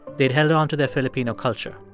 they'd held onto their filipino culture.